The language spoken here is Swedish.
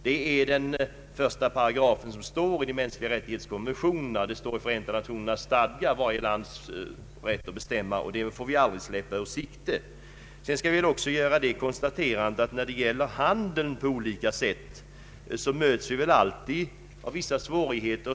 Det står i den första paragrafen i konventionen om de mänskliga rättigheterna och det står i Förenta nationernas stadgar. Detta om varje lands rätt att bestämma får vi aldrig släppa ur sikte. När det gäller handeln olika länder emellan så möts vi alltid av vissa svårigheter.